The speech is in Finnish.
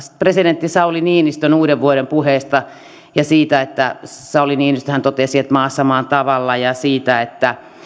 presidentti sauli niinistön uudenvuoden puheesta ja siitä että sauli niinistöhän totesi että maassa maan tavalla ja että